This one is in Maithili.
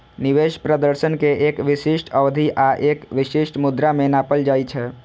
निवेश प्रदर्शन कें एक विशिष्ट अवधि आ एक विशिष्ट मुद्रा मे नापल जाइ छै